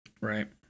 right